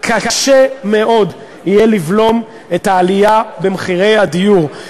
קשה מאוד יהיה לבלום את העלייה במחירי הדיור,